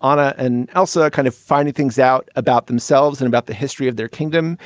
ah anna and elsa kind of finding things out about themselves and about the history of their kingdom.